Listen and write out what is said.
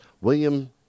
William